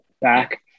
back